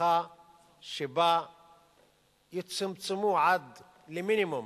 מהפכה שבה יצומצמו עד למינימום